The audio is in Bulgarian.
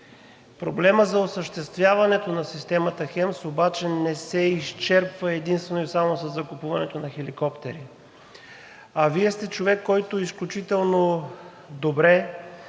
Проблемът за осъществяването на системата ХЕМС обаче не се изчерпва единствено и само със закупуването на хеликоптери. А Вие сте човек, който изключително добре